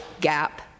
gap